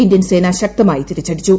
Indian സേന ശക്തമായി തിരിച്ചടിച്ചു